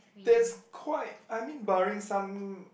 there's quite I mean barring some